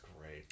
great